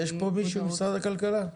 יש כאן מישהו ממשרד הכלכלה?